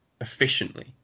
efficiently